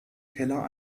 keller